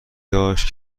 داشت